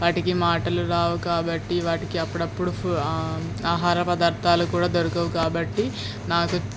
వాటికి మాటలు రావు కాబట్టి వాటికి అప్పుడప్పుడు ఫు ఆహార పదార్థాలు కూడా దొరకవు కాబట్టి నాకు